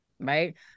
Right